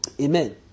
Amen